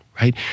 right